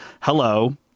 hello